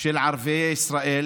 של ערביי ישראל